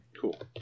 cool